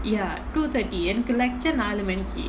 ya two thirty எனக்கு:enakku lecture நாலு மணிக்கு:naalu manikku